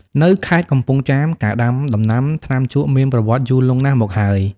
នៅខេត្តកំពង់ចាម ការដាំដំណាំថ្នាំជក់មានប្រវត្តិយូរលង់ណាស់មកហើយ។